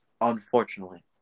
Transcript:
unfortunately